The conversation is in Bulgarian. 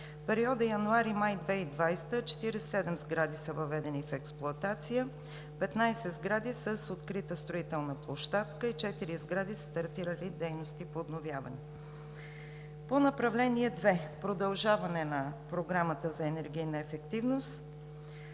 периода януари-май 2020 г. 47 сгради са въведени в експлоатация, 15 сгради са с открита строителна площадка и 4 сгради са стартирали дейности по обновяване. По направление две – продължаване на Програмата за енергийна ефективност.